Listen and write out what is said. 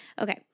Okay